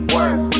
Work